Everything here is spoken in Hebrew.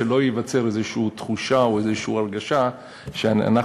שלא תיווצר איזו תחושה או איזו הרגשה שאנחנו